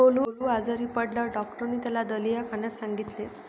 गोलू आजारी पडल्यावर डॉक्टरांनी त्याला दलिया खाण्यास सांगितले